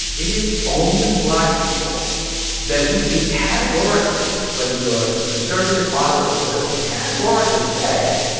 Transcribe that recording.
it is only black people that we can categorically whether you are conservative, moderate or liberal categorically say,